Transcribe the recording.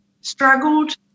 struggled